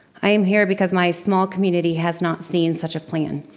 i am here because my small community has not seen such a plan.